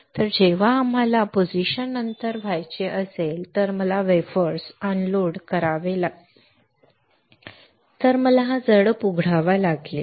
तर जेव्हा आम्हाला पोझिशन नंतर व्हायचे असेल तर मला वेफर्स अनलोड करायचा असेल तर मला हा व्हॉल्व्ह उघडावा लागला